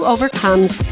Overcomes